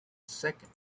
second